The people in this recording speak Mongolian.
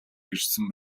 ирсэн